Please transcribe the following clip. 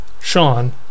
Sean